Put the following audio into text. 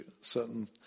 certain